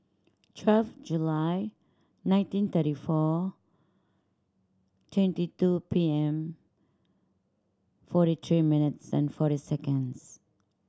twelve July nineteen thirty four twenty two P M forty three minutes and forty seconds